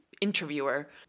interviewer